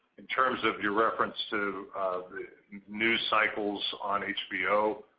in terms of your reference to the new cycles on hbo,